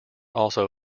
also